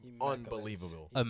Unbelievable